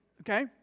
Okay